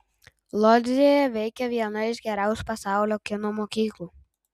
lodzėje veikia viena iš geriausių pasaulio kino mokyklų